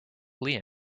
liam